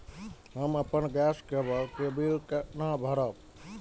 हम अपन गैस केवल के बिल केना भरब?